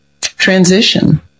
transition